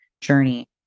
journey